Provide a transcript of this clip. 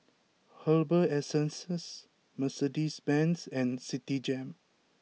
Herbal Essences Mercedes Benz and Citigem